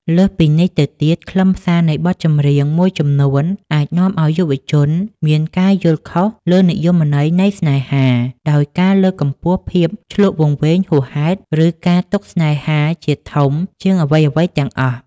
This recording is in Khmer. លើសពីនេះទៅទៀត ខ្លឹមសារនៃបទចម្រៀងមួយចំនួនអាចនាំឱ្យយុវជនមានការយល់ខុសលើនិយមន័យនៃស្នេហា ដោយការលើកកម្ពស់ភាពឈ្លក់វង្វេងហួសហេតុ ឬការទុកស្នេហាជាធំជាងអ្វីៗទាំងអស់។